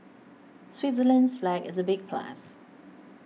Switzerland's flag is a big plus